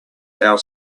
our